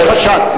יש חשד.